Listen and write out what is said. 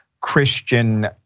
Christian